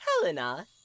Helena